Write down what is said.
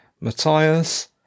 Matthias